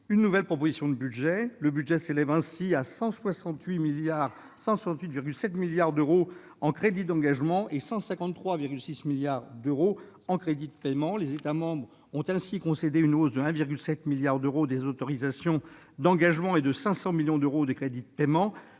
une nouvelle proposition de budget. Le budget s'élève à 168,7 milliards d'euros en crédits d'engagement et à 153,6 milliards d'euros en crédits de paiement, les États membres ayant concédé une hausse de 1,9 milliard d'euros des autorisations d'engagement et de 500 millions d'euros des crédits de paiement